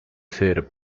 ser